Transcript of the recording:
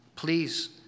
Please